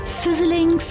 sizzling